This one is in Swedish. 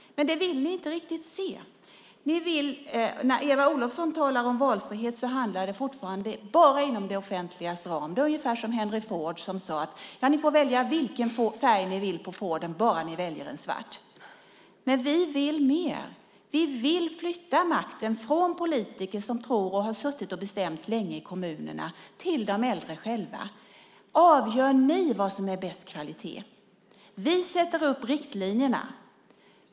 Men det vill ni inte riktigt se. När Eva Olofsson talar om valfrihet handlar det fortfarande bara om det offentliga. Det är ungefär som när Henry Ford sade: Ni får välja vilken färg ni vill på Forden, bara ni väljer svart. Men vi vill mer. Vi vill flytta makten från politiker som har bestämt länge i kommunerna till de äldre själva och säga: Avgör ni vad som är bäst kvalitet. Vi sätter upp riktlinjerna.